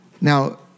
Now